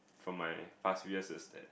from my past few years is that